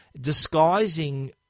disguising